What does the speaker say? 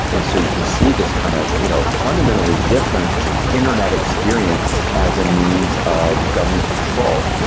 and so you can see this kind of you know fundamentally different internet experience as a means of government control.